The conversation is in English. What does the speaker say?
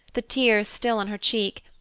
the tears still on her cheek,